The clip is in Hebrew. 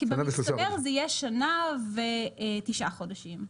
במצטבר זה יהיה שנה ותשעה חודשים.